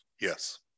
yes